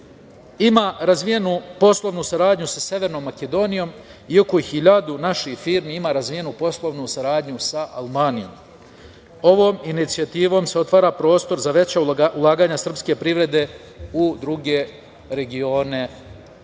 ima razvijenu poslovnu saradnju sa Severnom Makedonijom i oko 1000 naših firmi ima razvijenu poslovnu saradnju sa Albanijom. Ovom inicijativom se otvara prostor za veća ulaganja srpske privrede u druge regione, zemlje